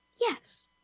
Yes